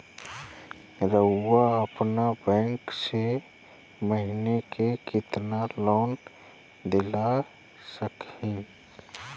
रउरा अपन बैंक से हमनी के कितना लोन दिला सकही?